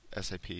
SAP